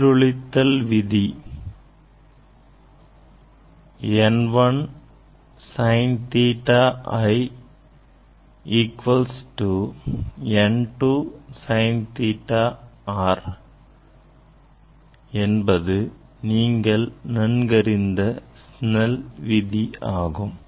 எதிரொளித்தல் விதி n 1 sin theta i equal to n 2 sin theta r என்பது நீங்கள் நன்கறிந்த ஸ்நெல் விதி ஆகும்